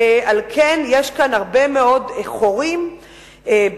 על כן, יש כאן הרבה מאוד חורים בחוק.